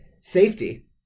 safety